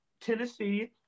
Tennessee